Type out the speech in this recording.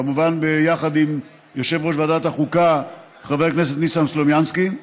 כמובן ביחד עם יושב-ראש ועדת החוקה חבר הכנסת ניסן סלומינסקי,